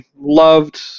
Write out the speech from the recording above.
loved